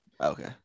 Okay